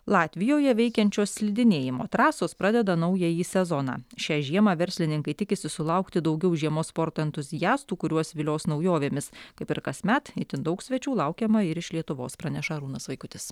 latvijoje veikiančios slidinėjimo trasos pradeda naująjį sezoną šią žiemą verslininkai tikisi sulaukti daugiau žiemos sporto entuziastų kuriuos vilios naujovėmis kaip ir kasmet itin daug svečių laukiama ir iš lietuvos praneša arūnas vaikutis